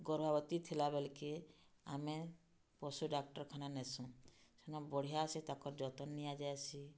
ଗର୍ଭାବତୀ ଥିଲାବେଲ୍କେ ଆମେ ପଶୁ ଡାକ୍ତର୍ଖାନା ନେସୁଁ ସେନେ ବଢ଼ିଆ ସେ ତାଙ୍କର୍ ଯତନ୍ ନିଆଯାଏସି